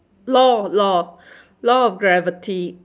law law law of gravity